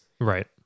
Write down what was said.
Right